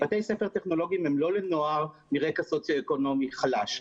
בתי ספר טכנולוגיים הם לא לנוער מרקע סוציו-אקונומי חלש.